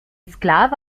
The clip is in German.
sklave